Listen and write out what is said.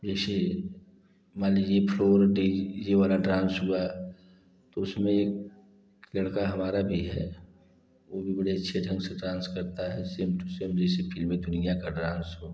जैसे मान लीजिए फ्लोर डी ये वाला डांस हुआ उसमें एक लड़का हमारा भी है वो भी बड़े अच्छे ढंग से डांस करता है सेम टू सेम जैसे फ़िल्मी दुनिया का डांस हो